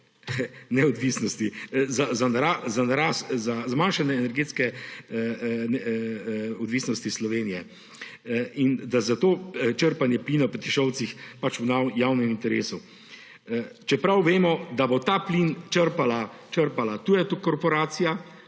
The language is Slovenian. potencial za zmanjšanje energetske odvisnosti Slovenije in da je zato črpanje plina Petišovcih v javnem interesu, čeprav vemo, da bo ta plin črpala tuja korporacija,